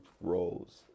roles